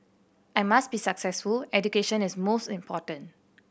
I must be successful education is most important